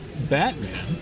Batman